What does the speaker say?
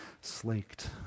slaked